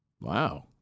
Wow